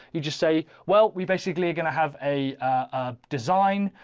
you just say, well, we basically are going to have a ah design.